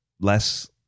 less